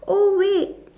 oh wait